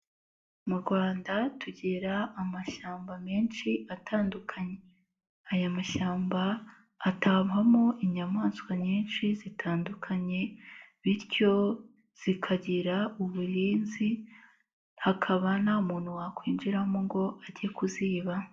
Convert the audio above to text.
Mu Rwanda tugira amashyamba menshi atandukanye, aya mashyamba atahamo inyamaswa nyinshi zitandukanye bityo zikagira uburinzi hakaba nta muntu wakwinjiramo ngo ajye kuziba.